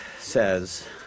says